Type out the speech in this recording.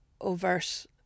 Overt